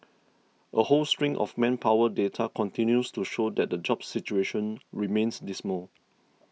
a whole string of manpower data continues to show that the jobs situation remains dismal